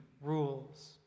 rules